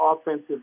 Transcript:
offensive